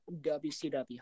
WCW